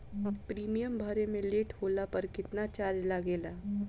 Premium भरे मे late होला पर केतना चार्ज लागेला?